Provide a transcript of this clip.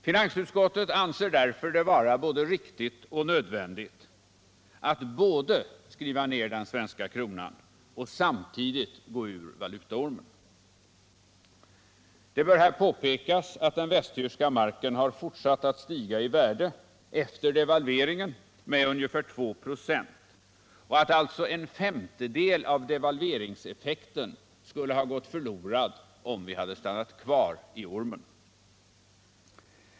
Finansutskottet anser därför att det var både riktigt och nödvändigt att både skriva ned den svenska kronan och samtidigt gå ur valutaormen. Det bör påpekas att den västtyska marken har fortsatt att stiga i värde efter devalveringen med ungefär 2 9 och att alltså en femtedel av devalveringseffekten faktiskt skulle ha gått förlorad om vi hade stannat kvar i ormen.